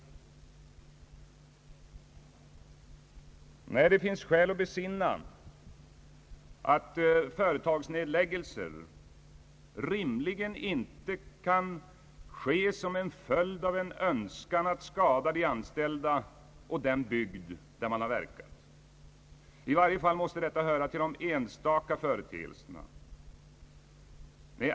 Nej, det finns skäl att besinna att företagsnedläggelser rimligen inte kan ske som en följd av en önskan att skada de anställda och den bygd där man har verkat. I varje fall måste detta höra till enstaka företeelser.